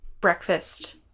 breakfast